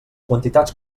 quantitats